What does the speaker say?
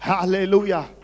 Hallelujah